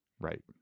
right